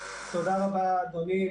תודה רבה, אדוני.